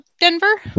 Denver